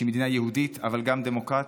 שהיא מדינה יהודית אבל גם דמוקרטית,